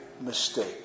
mistake